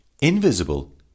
invisible